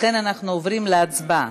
לכן אנחנו עוברים להצבעה.